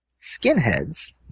skinheads